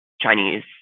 Chinese